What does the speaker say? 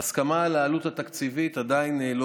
ההסכמה על העלות התקציבית עדיין לא